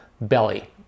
belly